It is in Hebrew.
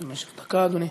במשך דקה, אדוני.